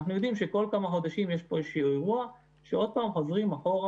אנחנו יודעים שכל כמה חודשים יש פה איזשהו אירוע וכל פעם חוזרים אחורה,